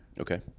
Okay